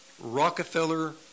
Rockefeller